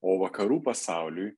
o vakarų pasauliui